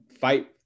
fight